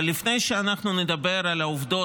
אבל לפני שאנחנו נדבר על העובדות,